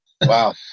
Wow